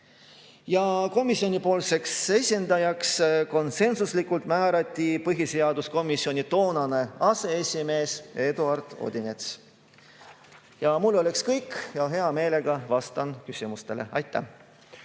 Ja komisjoni esindajaks määrati (konsensuslikult) põhiseaduskomisjoni toonane aseesimees Eduard Odinets. Mul oleks kõik. Hea meelega vastan küsimustele. Aitäh!